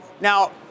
Now